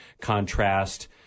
contrast